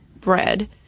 bread